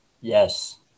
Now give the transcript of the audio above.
Yes